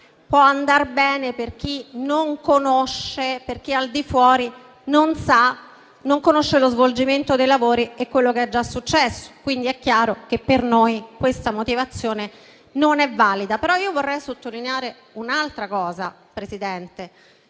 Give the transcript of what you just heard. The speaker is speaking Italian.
può andare bene per chi al di fuori non conosce lo svolgimento dei lavori e quello che è già successo, quindi è chiaro che per noi questa motivazione non è valida. Vorrei però sottolineare un'altra cosa, Presidente.